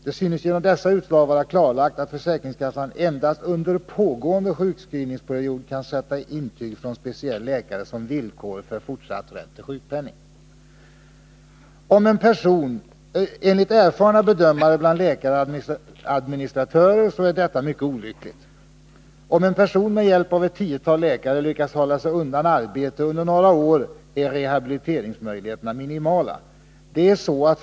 Det synes genom dessa utslag vara klarlagt, att försäkringskassa endast under pågående sjukskrivningsperiod kan sätta intyg från speciell läkare som villkor för fortsatt rätt till sjukpenning. Enligt erfarna bedömare bland läkare och administratörer är detta mycket olyckligt. Om en person med hjälp av ett tiotal läkare lyckas Nr 9 hålla sig undan arbete under några år är rehabiliteringsmöjligheterna Torsdagen den minimala.